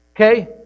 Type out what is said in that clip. okay